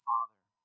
father